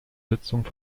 sitzungen